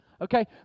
Okay